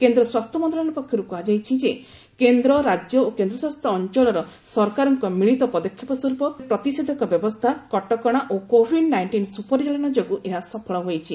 କେନ୍ଦ୍ର ସ୍ପାସ୍ଥ୍ୟମନ୍ତ୍ରଣାଳୟ ପକ୍ଷରୁ କୁହାଯାଇଛି କେନ୍ଦ୍ର ରାଜ୍ୟ ଓ କେନ୍ଦ୍ରଶାସିତ ଅଞ୍ଚଳର ସରକାରଙ୍କ ମିଳିତ ପଦକ୍ଷେପ ସ୍ୱରୂପ ପ୍ରତିଷେଧକ ବ୍ୟବସ୍ଥା କଟକଣା ଓ କୋଭିଡ୍ ନାଇଷ୍ଟିନ ସୁପରିଚାଳନା ଯୋଗୁଁ ଏହା ସଫଳ ହୋଇଛି